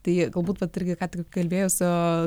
tai galbūt vat irgi ką tik kalbėjusio